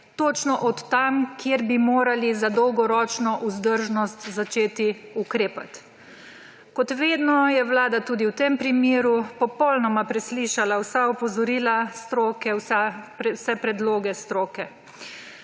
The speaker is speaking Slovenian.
točno od tam, kjer bi morali za dolgoročno vzdržnost začeti ukrepati. Kot vedno je vlada tudi v tem primeru popolnoma preslišala vsa opozorila stroke, vse predloge stroke.